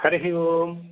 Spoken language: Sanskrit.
हरिः ओम्